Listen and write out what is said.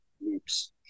loops